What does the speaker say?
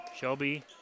Shelby